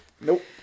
nope